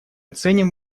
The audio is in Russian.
ценим